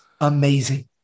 amazing